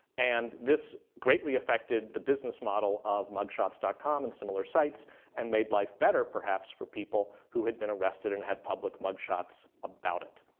and this greatly affected the business model of mugshots dot com and similar sites and made life better perhaps for people who had been arrested and had public mugshots about it.